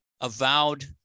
avowed